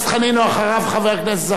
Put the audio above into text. ואחריו, חבר הכנסת זחאלקה.